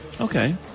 Okay